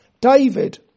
David